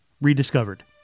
rediscovered